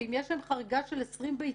ואם יש להם חריגה של 20 ביצים,